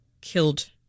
killed